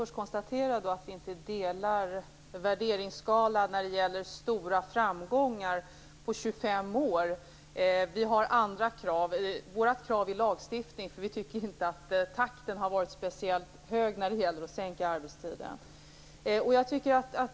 Herr talman! Jag kan först konstatera att vi inte delar värderingsskala när det gäller talet om stora framgångar på 25 år. Vi har andra krav. Vårt krav är lagstiftning, eftersom takten inte har varit speciellt snabb när det gäller att sänka arbetstiden.